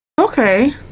Okay